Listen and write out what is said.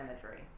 imagery